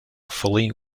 fully